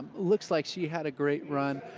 looks like she had a great run,